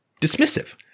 dismissive